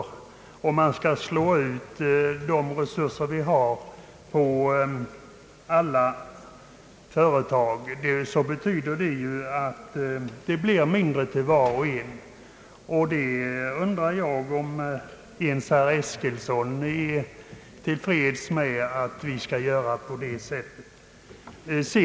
Slår man ut resurserna på alla företag betyder ju detta att det blir mindre till var och en, och jag undrar om ens herr Eskilsson är till freds med ett sådant handlande.